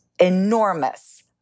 enormous